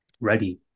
Ready